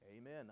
Amen